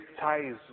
ties